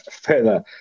further